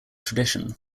tradition